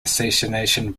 assassination